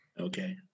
Okay